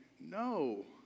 no